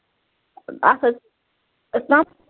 اَتھ حظ